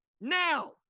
Now